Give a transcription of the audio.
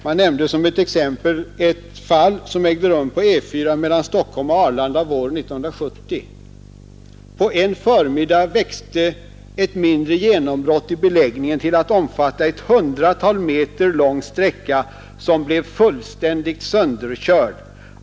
Man berättade då om ett fall som ägde rum på E 4 mellan Stockholm och Arlanda våren 1970: ”På en förmiddag växte ett mindre genombrott i beläggningen till att omfatta ett hundratal meter lång sträcka, som blev fullständigt sönderkörd.